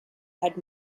had